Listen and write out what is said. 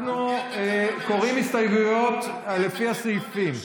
אנחנו קוראים הסתייגויות לפי הסעיפים.